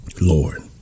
Lord